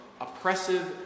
oppressive